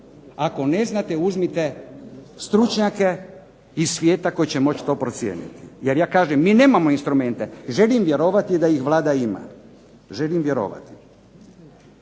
Ako ne znate, uzmite stručnjake iz svijeta koji će moći to procijeniti. Jer ja kažem, mi nemamo instrumente, želim vjerovati da ih Vlada ima. Želim vjerovati.